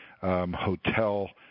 hotel